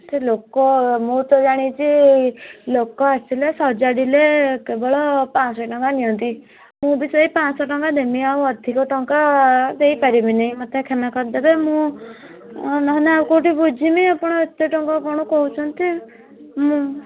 ସେ ଲୋକ ମୁଁ ତ ଜାଣିଛି ଲୋକ ଆସିଲେ ସଜାଡ଼ିଲେ କେବଳ ପାଞ୍ଚଶହ ଟଙ୍କା ନିଅନ୍ତି ମୁଁ ବି ସେଇ ପାଞ୍ଚଶହ ଟଙ୍କା ଦେମି ଆଉ ଅଧିକ ଟଙ୍କା ଦେଇପାରିମିନି ମୋତେ କ୍ଷମା କରିଦେବେ ମୁଁ ନହେଲେ ଆଉ କେଉଁଠି ବୁଝିମି ଆପଣ ଏତେ ଟଙ୍କା କ'ଣ କହୁଛନ୍ତି ମୁଁ